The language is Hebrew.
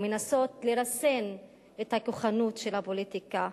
ומנסות לרסן את הכוחנות של הפוליטיקה.